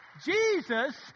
Jesus